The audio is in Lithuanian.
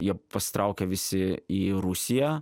jie pasitraukė visi į rusiją